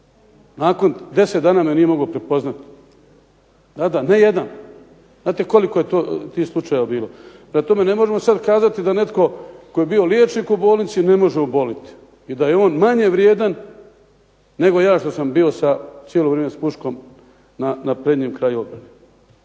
Nakon 10 dana me nije mogao prepoznati. Da, da, ne jedan. Znate koliko je tih slučajeva bilo? Prema tome, ne možemo sad kazati da netko tko je bio liječnik u bolnici ne može oboliti i da je on manje vrijedan nego ja što sam bio cijelo vrijeme sa puškom na prednjem kraju obrane.